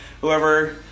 whoever